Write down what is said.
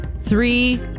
three